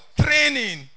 training